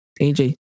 AJ